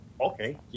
Okay